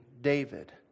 David